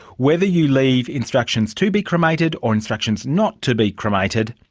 whether you leave instructions to be cremated or instructions not to be cremated,